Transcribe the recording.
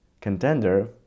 contender